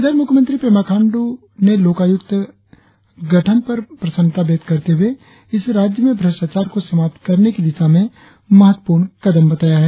इधर मुख्यमंत्री पेमा खांडू लोकायुक्त गठन पर प्रसन्नता व्यक्त करते हुए इसे राज्य में भ्रष्ट्राचार को समाप्त करने की दिशा में महत्वपूर्ण कदम बताया है